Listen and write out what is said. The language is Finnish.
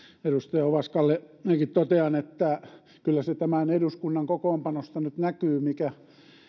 edustaja ovaskalle minäkin totean että kyllä se tämän eduskunnan kokoonpanosta nyt näkyy mikä